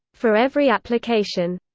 for every application,